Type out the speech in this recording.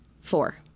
Four